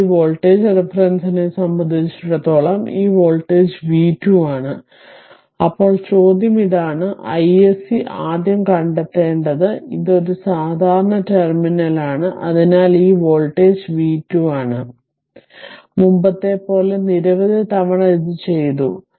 ഇപ്പോൾ ഈ വോൾട്ടേജ് റഫറൻസിനെ സംബന്ധിച്ചിടത്തോളം ഈ വോൾട്ടേജ് v 2 ആണ് ഇപ്പോൾ ചോദ്യം ഇതാണ്iSC ആദ്യം കണ്ടെത്തേണ്ടത് ഇത് ഒരു സാധാരണ ടെർമിനലാണ് അതിനാൽ ഈ വോൾട്ടേജ്v 2 ആണ് അതിനാൽ മുമ്പത്തെപ്പോലെ നിരവധി തവണ ഇത് ചെയ്തു